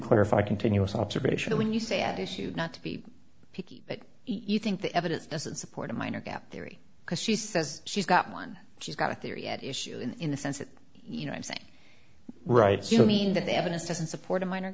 clarify continuous observation when you say at issue not to be picky but you think the evidence doesn't support a minor gap theory because she says she's got one she's got a theory at issue in the sense that you know i'm saying right so you mean that the evidence doesn't support a minor